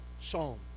Psalm